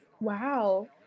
Wow